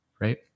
right